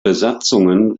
besatzungen